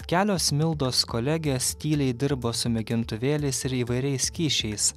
kelios mildos kolegės tyliai dirba su mėgintuvėliais ir įvairiais skysčiais